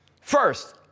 First